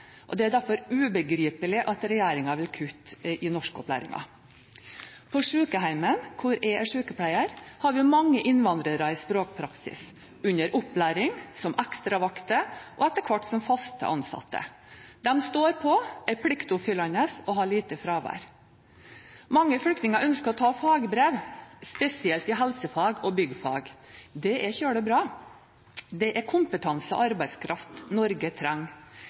arbeid. Det er derfor ubegripelig at regjeringen vil kutte i norskopplæringen. På sykehjemmet, hvor jeg er sykepleier, har vi mange innvandrere i språkpraksis, under opplæring, som ekstravakter og etter hvert som fast ansatte. De står på, er pliktoppfyllende og har lite fravær. Mange flyktninger ønsker å ta fagbrev, spesielt i helsefag og byggfag. Det er veldig bra. Det er kompetanse og arbeidskraft Norge trenger.